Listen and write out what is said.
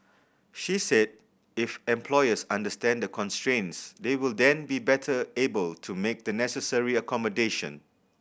she said if employers understand the constraints they will then be better able to make the necessary accommodation